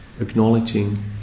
Acknowledging